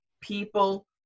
people